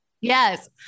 Yes